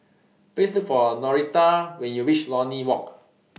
Please Look For Norita when YOU REACH Lornie Walk